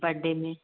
बड्डे में